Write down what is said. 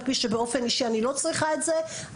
פי שבאופן אישי אני לא צריכה את זה,